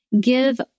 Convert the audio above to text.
Give